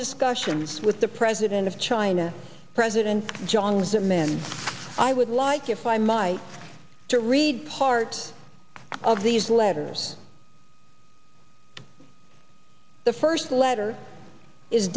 discussions with the president of china president jiang zemin i would like if i might to read part of these letters the first letter is